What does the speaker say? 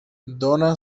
dóna